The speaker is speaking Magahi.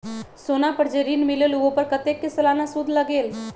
सोना पर जे ऋन मिलेलु ओपर कतेक के सालाना सुद लगेल?